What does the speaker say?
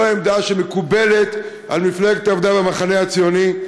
עמדה שמקובלת על מפלגת העבודה והמחנה הציוני.